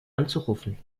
anzurufen